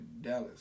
Dallas